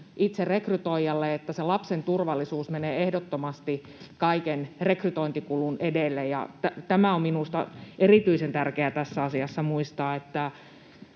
itse rekrytoijalle, että lapsen turvallisuus menee ehdottomasti kaiken rekrytointikulun edelle. Tämä on minusta erityisen tärkeää tässä asiassa muistaa,